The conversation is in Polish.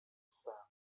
sen